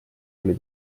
oli